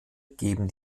geben